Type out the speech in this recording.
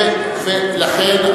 לכן,